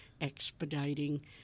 expediting